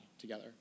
together